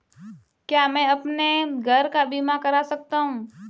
क्या मैं अपने घर का बीमा करा सकता हूँ?